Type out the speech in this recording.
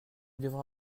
devra